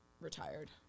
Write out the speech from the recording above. retired